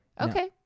Okay